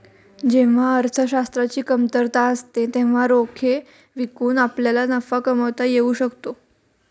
जेव्हा अर्थशास्त्राची कमतरता असते तेव्हा रोखे विकून आपल्याला नफा कमावता येऊ शकतो